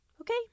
Okay